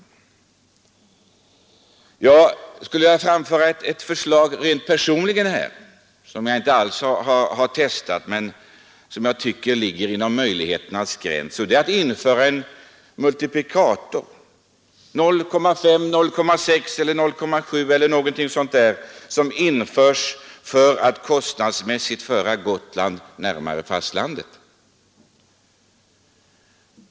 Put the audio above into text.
Jag skulle vilja framföra ett rent personligt förslag, som jag inte alls har testat men som jag tycker att det ligger inom möjligheternas gräns att genomföra, nämligen att införa en multiplikator — exempelvis 0,5, 0,6 eller 0,7 — för att kostnadsmässigt föra Gotland närmare fastlandet.